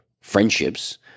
friendships